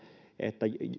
että